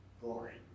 glory